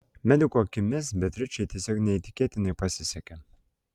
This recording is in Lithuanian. medikų akimis beatričei tiesiog neįtikėtinai pasisekė